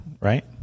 Right